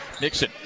Nixon